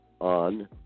on